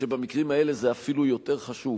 שבמקרים האלה זה אפילו יותר חשוב,